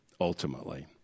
Ultimately